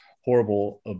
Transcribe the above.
horrible